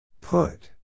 Put